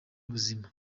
ubuzima